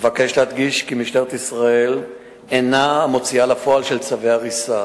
אבקש להדגיש כי משטרת ישראל אינה המוציאה לפועל של צווי ההריסה,